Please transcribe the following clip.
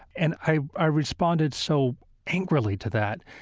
and i i responded so angrily to that,